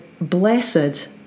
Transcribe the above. Blessed